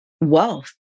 wealth